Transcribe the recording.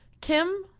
Kim